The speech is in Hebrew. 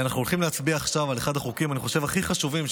אנחנו הולכים להצביע עכשיו על אחד החוקים הכי חשובים,